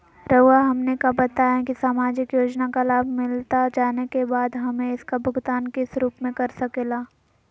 रहुआ हमने का बताएं की समाजिक योजना का लाभ मिलता जाने के बाद हमें इसका भुगतान किस रूप में कर सके ला?